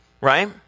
Right